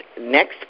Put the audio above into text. next